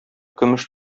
көмеш